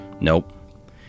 Nope